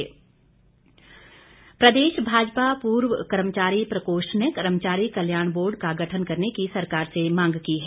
प्रकोष्ठ प्रदेश भाजपा पूर्व कर्मचारी प्रकोष्ठ ने कर्मचारी कल्याण बोर्ड का गठन करने की सरकार से मांग की है